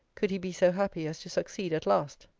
could he be so happy as to succeed at last.